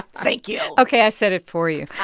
thank you ok, i said it for you